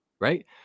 right